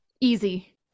Easy